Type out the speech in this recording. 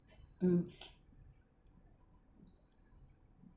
mm